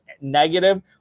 negative